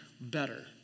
better